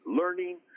learning